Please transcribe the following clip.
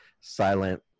silent